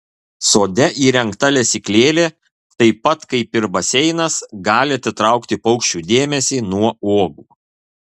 sode įrengta lesyklėlė taip pat kaip ir baseinas gali atitraukti paukščių dėmesį nuo uogų